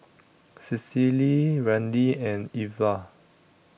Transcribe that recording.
Cecily Randi and Ivah